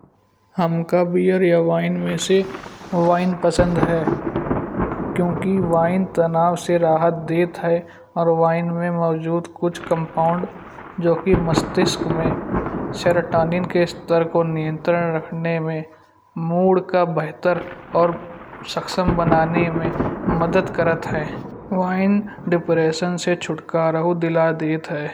हमका बियर या वाइन में से वाइन पसन्द है। क्योकि वाइन तानव से राहत देत है। अउर वाइन में मौजूद कुछ कम्पाउण्ड जो कि मष्तिष्क में शायाराटरिन के इस्तर को नियनत्रण रखने मं मूड का बेहतर अउर सक्षम बनाने में मदद करत है। वाइन डिप्रेशन से छुटकारा उई दिला देत है।